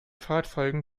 fahrzeugen